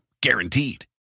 Guaranteed